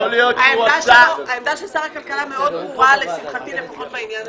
העמדה של שר הכלכלה מאוד ברורה לשמחתי לפחות בעניין הזה.